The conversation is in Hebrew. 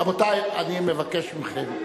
רבותי, אני מבקש מכם.